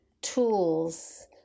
tools